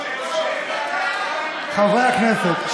חברי הכנסת,